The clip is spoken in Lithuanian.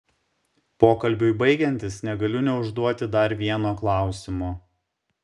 pokalbiui baigiantis negaliu neužduoti dar vieno klausimo